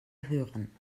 hören